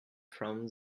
from